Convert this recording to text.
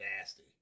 nasty